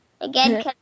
Again